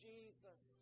Jesus